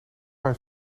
mijn